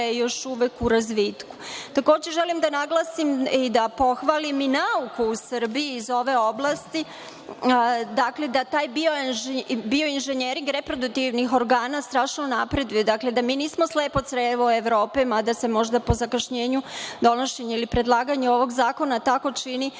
još uvek u razvitku. Takođe, želim da naglasim i da pohvalim i nauku u Srbiju iz ove oblasti, da taj bioinžinjering reproduktivnih organa strašno napreduje, da mi nismo slepo crevo Evrope, mada se možda po zakašnjenju donošenja ili predlaganja ovog zakona tako čini. Da